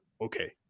okay